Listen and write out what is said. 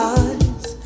eyes